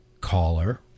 caller